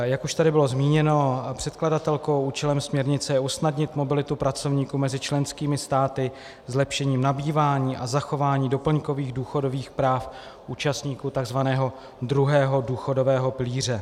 Jak už tady bylo zmíněno předkladatelkou, účelem směrnice je usnadnit mobilitu pracovníků mezi členskými státy zlepšením nabývání a zachování doplňkových důchodových práv účastníků takzvaného druhého důchodového pilíře.